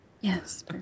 Yes